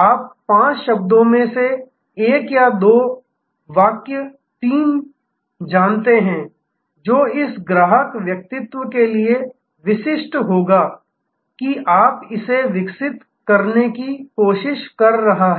आप 5 शब्दों में से एक या दो वाक्य 3 जानते हैं जो इस ग्राहक व्यक्तित्व के लिए विशिष्ट होगा कि आप इसे विकसित करने की कोशिश कर रहा है